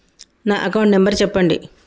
నా account number చెప్పండి?